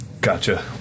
Gotcha